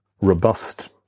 robust